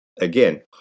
again